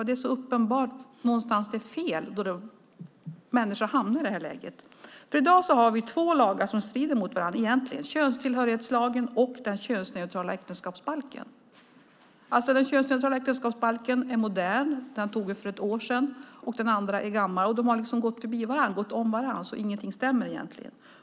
Det är ju uppenbart att det någonstans är fel när människor hamnar i det här läget. I dag har vi två lagar som egentligen strider mot varandra, könstillhörighetslagen och den könsneutrala äktenskapsbalken. Den könsneutrala äktenskapsbalken är modern - vi antog den för ett år sedan - och den andra lagen är gammal. De har gått om varandra, så ingenting stämmer egentligen.